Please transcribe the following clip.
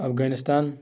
Afghanistan